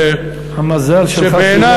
שהדיון הזה, המזל שלך שהוא לא פה.